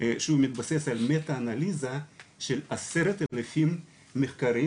שמדבר על מטא אנליזה של כ-10,000 מחקרים